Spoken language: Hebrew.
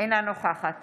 אינה נוכחת